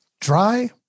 Dry